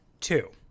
Two